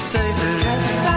David